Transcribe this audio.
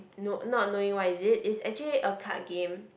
no not knowing what is it is actually a card game